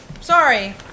Sorry